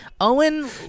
Owen